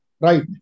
right